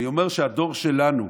אני אומר שהדור שלנו,